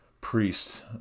priest